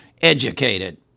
educated